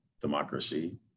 democracy